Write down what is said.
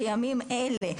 בימים אלה,